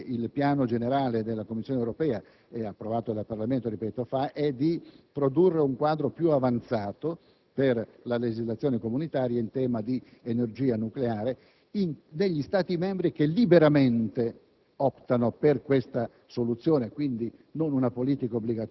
l'energia nucleare. L'auspicio che si evince dal piano generale della Commissione europea, approvato dal Parlamento di recente, è di arrivare ad un quadro più avanzato per la legislazione comunitaria in tema di energia nucleare per gli Stati membri che liberamente